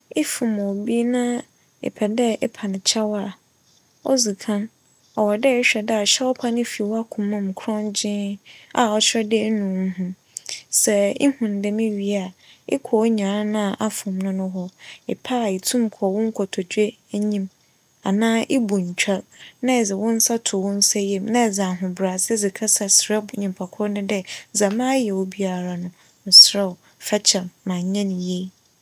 Efom obi na epɛ dɛ epa no kyɛw a, odzi kan ͻwͻ dɛ ehwɛ dɛ akyɛwpa no fi w'akomama mu krͻngyenn a ͻkyerɛ dɛ enu wo ho. Sɛ ihu no dɛm wie a, ekͻ onyaa no a afom no no hͻ. Epɛ a itum kͻ wo nkotodwe enyim anaa ibu ntwɛr na edze wo nsa to wo nsa yamu na edze ahobrɛase dze kasa serɛ nyimpakor no dɛ dza mayɛ wo biara no meserɛ wo fakyɛ me, m'annyɛ no yie.